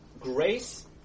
grace